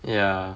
ya